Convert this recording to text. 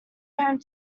home